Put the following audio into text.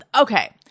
okay